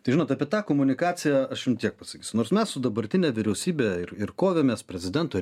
tai žinot apie tą komunikaciją aš jums tiek pasakysiu nors mes su dabartine vyriausybe ir ir kovėmės prezidento